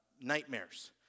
nightmares